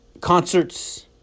concerts